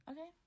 Okay